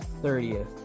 30th